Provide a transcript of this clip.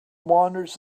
wanders